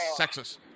sexist